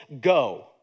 go